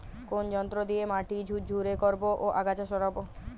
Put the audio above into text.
কোন যন্ত্র দিয়ে মাটি ঝুরঝুরে করব ও আগাছা সরাবো?